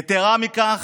יתרה מכך,